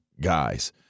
guys